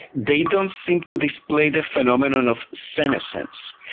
they don't seem to display the phenomenon of senescence.